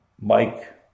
Mike